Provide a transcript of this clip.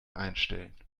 einstellen